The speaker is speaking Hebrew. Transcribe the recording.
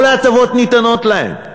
כל ההטבות ניתנות להם,